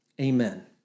Amen